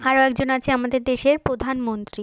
আরও একজন আছে আমাদের দেশের প্রধানমন্ত্রী